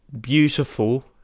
beautiful